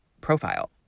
profile